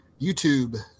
YouTube